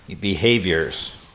behaviors